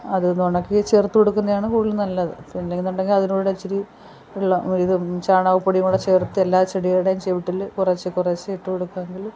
അതൊന്നൊണക്കി ചേർത്ത് കൊടുക്കുന്നെയാണ് കൂടുതലും നല്ലത് പിന്നേന്നൊണ്ടെങ്കിൽ അതിനൂടിച്ചിരി വെള്ളം ഇത് ചാണകപ്പൊടിയൂടി ചേർത്തെല്ലാം ചെടിടേം ചുവട്ടിൽ കുറേച്ചേ കുറേച്ചേ ഇട്ട് കൊടുക്കാണെങ്കിൽ